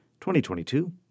2022